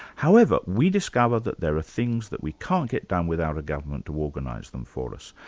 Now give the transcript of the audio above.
however, we discover that there are things that we can't get done without a government to organise them for us.